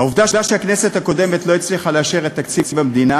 העובדה שהכנסת הקודמת לא הצליחה לאשר את תקציב המדינה